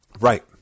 Right